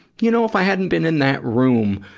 you know, if i hadn't been in that room,